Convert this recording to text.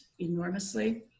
enormously